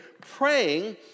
praying